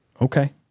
okay